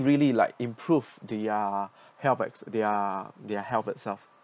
really like improve their health it~ their their health itself